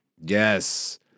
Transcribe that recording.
yes